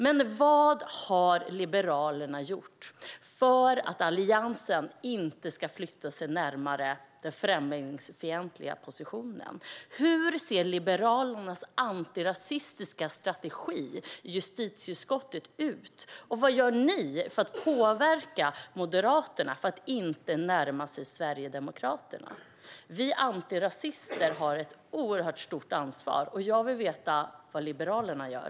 Men vad har Liberalerna gjort för att Alliansen inte ska flytta sig närmare den främlingsfientliga positionen? Hur ser Liberalernas antirasistiska strategi i justitieutskottet ut? Vad gör ni för att påverka Moderaterna att inte närma sig Sverigedemokraterna? Vi antirasister har ett oerhört stort ansvar. Jag vill veta vad Liberalerna gör.